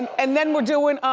and then we're doing